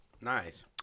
nice